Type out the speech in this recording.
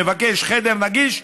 מבקש חדר נגיש,